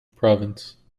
province